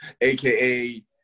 aka